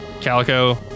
Calico